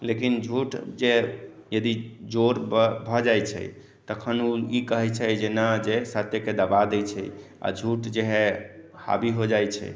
लेकिन झूठ जे यदि जोड़ प भऽ जाइ छै तखन ओ ई कहै छै जे नहि सत्यके दबा दै छै आ झूठ जे हइ हावी हो जाइ छै